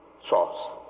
source